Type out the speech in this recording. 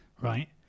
right